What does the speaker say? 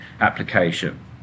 application